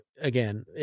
again